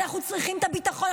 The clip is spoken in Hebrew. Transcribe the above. אנחנו צריכים את הביטחון.